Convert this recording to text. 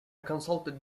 consulted